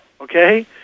Okay